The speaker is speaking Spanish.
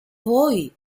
voy